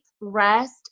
rest